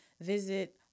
visit